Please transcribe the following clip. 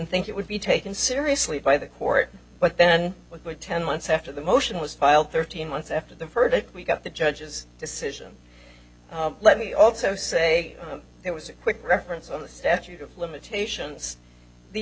think it would be taken seriously by the court but then with ten months after the motion was filed thirteen months after the verdict we got the judge's decision let me also say it was a quick reference on the statute of limitations the